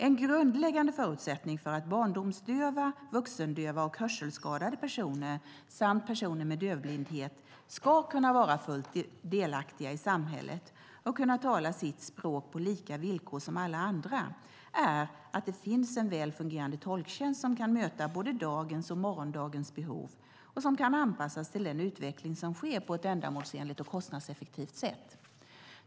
En grundläggande förutsättning för att barndomsdöva, vuxendöva och hörselskadade personer samt personer med dövblindhet ska kunna vara fullt delaktiga i samhället och kunna tala sitt språk på lika villkor som alla andra är att det finns en väl fungerande tolktjänst som kan möta både dagens och morgondagens behov och som kan anpassas till den utveckling som sker på ett ändamålsenligt och kostnadseffektivt sätt.